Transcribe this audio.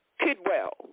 Kidwell